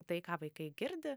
tai ką vaikai girdi